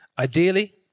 Ideally